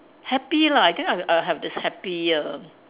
happy lah I think I'll I'll have this happier